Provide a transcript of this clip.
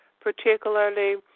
particularly